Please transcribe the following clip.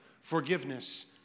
forgiveness